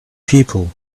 people